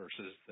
versus